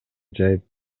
жайып